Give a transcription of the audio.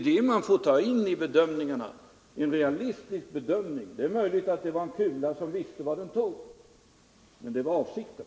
Detta får man ta med i en realistisk bedömning.